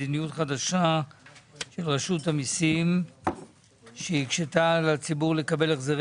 מדיניות חדשה של רשות המיסים שהקשתה על הציבור לקבל החזרי